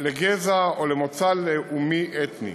לגזע או למוצא לאומי-אתני.